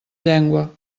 llengua